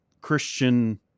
Christian